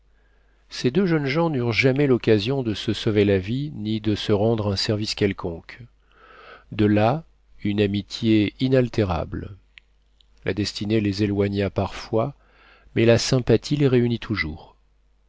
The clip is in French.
ces deux jeunes gens n'eurent jamais l'occasion de se sauver la vie ni de se rendre un service quelconque de là une amitié inaltérable la destinée les éloigna parfois mais la sympathie les réunit toujours